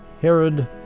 Herod